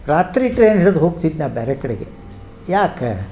ರಾತ್ರಿ ಟ್ರೇನ್ ಹಿಡಿದು ಹೋಗ್ತಿದ್ದೆ ನಾ ಬೇರೆ ಕಡೆಗೆ ಯಾಕೆ